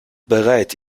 bereit